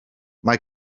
mae